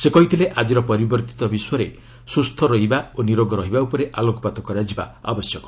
ସେ କହିଥିଲେ ଆଜିର ପରିବର୍ତ୍ତ ବିଶ୍ୱରେ ସୁସ୍ଥ ରହିବା ଓ ନିରୋଗ ରହିବା ଉପରେ ଆଲୋକପାତ କରାଯିବା ଆବଶ୍ୟକ